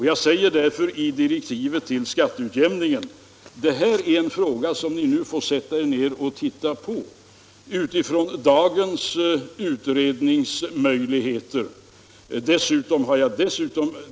Jag säger därför i direktiven till skatteutjämningsutredningen: Det här är en fråga som ni nu får sätta er ner och se närmare på utifrån dagens förhållanden.